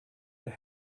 have